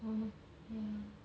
mm ya